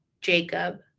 Jacob